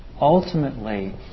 Ultimately